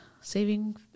saving